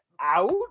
out